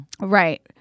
Right